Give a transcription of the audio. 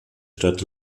stadt